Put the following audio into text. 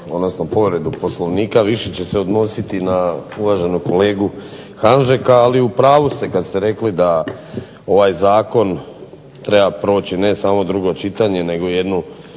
odnosno povredu Poslovnika, više će se odnositi na uvaženog kolegu Hanžeka, ali u pravu ste kad ste rekli da ovaj zakon treba proći ne samo drugo čitanje nego jednu